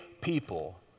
people